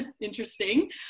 interesting